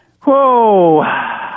Whoa